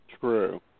True